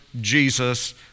Jesus